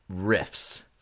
riffs